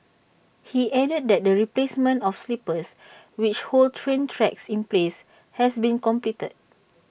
he added that the replacement of sleepers which hold train tracks in place has been completed